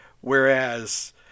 Whereas